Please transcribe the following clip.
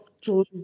June